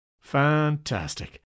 Fantastic